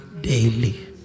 daily